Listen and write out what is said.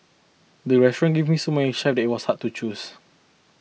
the restaurant gave me so many it was hard to choose